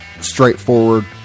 straightforward